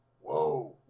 Whoa